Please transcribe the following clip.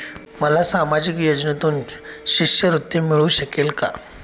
मला सामाजिक योजनेतून शिष्यवृत्ती मिळू शकेल का?